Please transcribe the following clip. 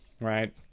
right